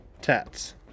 Tats